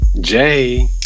Jay